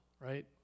right